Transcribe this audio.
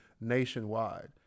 nationwide